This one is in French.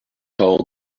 parents